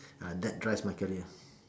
ah that drives my career